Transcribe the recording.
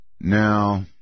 Now